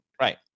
Right